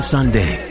Sunday